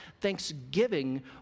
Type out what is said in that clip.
thanksgiving